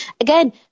Again